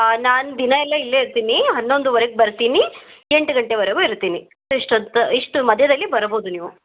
ನಾನು ದಿನವೆಲ್ಲ ಇಲ್ಲೇ ಇರ್ತೀನಿ ಹನ್ನೊಂದುವರೆಗೆ ಬರ್ತೀನಿ ಎಂಟು ಗಂಟೆವರೆಗೂ ಇರ್ತೀನಿ ಇಷ್ಟೊತ್ತು ಇಷ್ಟು ಮಧ್ಯದಲ್ಲಿ ಬರಬೋದು ನೀವು